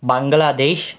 Bangladesh